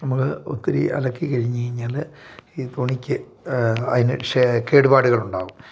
നമുക്ക് ഒത്തിരി അലക്കി കഴിഞ്ഞു കഴിഞ്ഞാൽ ഈ തുണിക്ക് അതിന് ഷേ കേടുപാടുകൾ ഉണ്ടാവും